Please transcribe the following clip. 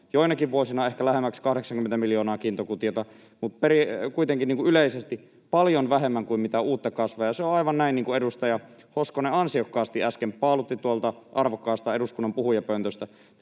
joinakin vuosina ehkä lähemmäksi 80 miljoonaa kiintokuutiota, mutta kuitenkin yleisesti paljon vähemmän kuin mitä uutta kasvaa. Ja se on aivan näin niin kuin edustaja Hoskonen ansiokkaasti äsken paalutti tuolta arvokkaasta eduskunnan puhujapöntöstä,